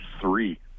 three